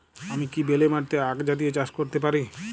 আমি কি বেলে মাটিতে আক জাতীয় চাষ করতে পারি?